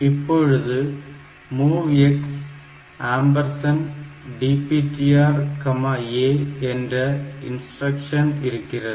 இப்பொழுது MOVX DPTRA என்ற instruction இருக்கிறது